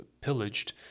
pillaged